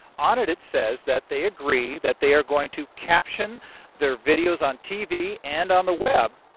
on it it says that they agree that they are going to caption their videos on tv and on the web.